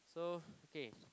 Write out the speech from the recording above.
so okay